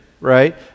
right